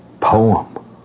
poem